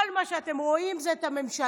כל מה שאתם רואים זה את הממשלה,